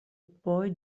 boy